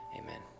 amen